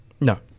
No